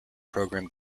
program